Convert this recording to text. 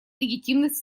легитимность